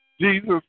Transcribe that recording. Jesus